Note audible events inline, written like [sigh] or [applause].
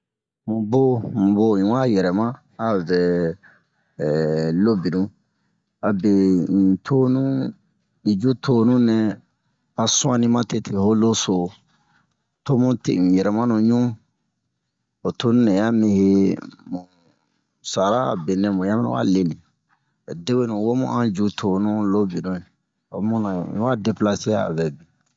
Mu bo mu bo un wa yɛrɛma a vɛ [hesitation] lo binu abe un tonu un ju tonu nɛ a su'ani ma tete ho lo so to mu te un yɛrɛma ɲu ho tonu nɛ un ɲa mi he mu sara a benɛ mu ɲan mina wa leni ho debenu wo mu an ju tonu lo binu o muna un wa deplase a vɛ bin